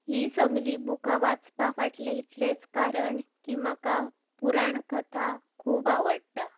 हीं सगलीं बुकां वाचपा फाटलें इतलेंच कारण की म्हाका पुराण कथा खूब आवाडटा